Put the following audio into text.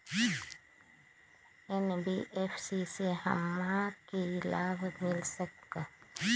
NBFC से हमार की की लाभ मिल सक?